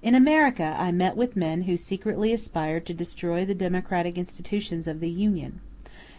in america i met with men who secretly aspired to destroy the democratic institutions of the union